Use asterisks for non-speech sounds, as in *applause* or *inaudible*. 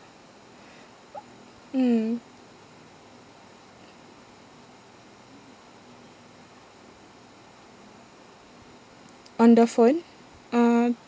*noise* mm *noise* on the phone uh